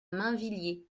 mainvilliers